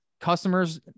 customers